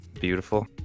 beautiful